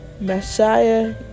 Messiah